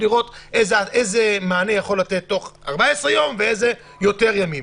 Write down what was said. לראות איזה מענה יכול להינתן בתוך 14 יום ואיזה בתוך יותר ימים.